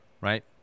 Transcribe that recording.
right